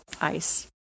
ice